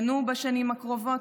ינועו בשנים הקרובות?